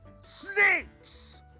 Snakes